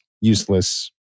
useless